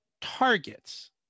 targets